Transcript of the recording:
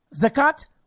Zakat